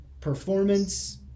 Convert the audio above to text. performance